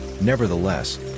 Nevertheless